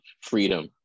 Freedom